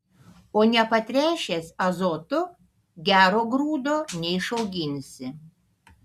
o nepatręšęs azotu gero grūdo neišauginsi